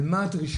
על מה הדרישות.